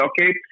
okay